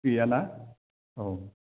गैया ना औ